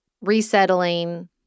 resettling